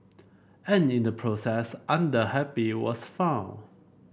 and in the process Under Happy was found